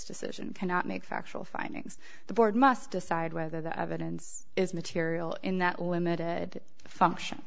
decision cannot make factual findings the board must decide whether the evidence is material in that limited function